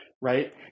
right